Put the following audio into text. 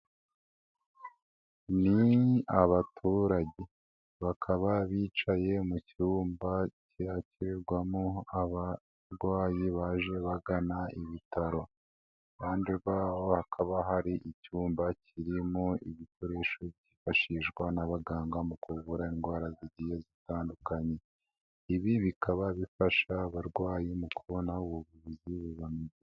Ni abaturage bakaba bicaye mu cyumba kiterwamo abarwayi baje bagana ibitaro, iruhande rwabo ha bakaba hari icyumba kirimo ibikoresho cyifashishwa n'abaganga mu kuvura indwara zigiye zitandukanye, ibi bikaba bifasha abarwayi mu kubona ubuvuzi buban